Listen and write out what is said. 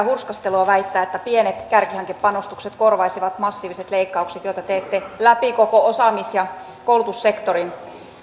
hurskastelua väittää että pienet kärkihankepanostukset korvaisivat massiiviset leikkaukset joita teette läpi koko osaamis ja koulutussektorin